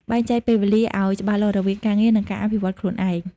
បែងចែកពេលវេលាឱ្យច្បាស់លាស់រវាងការងារ និងការអភិវឌ្ឍខ្លួនឯង។